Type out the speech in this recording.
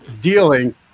dealing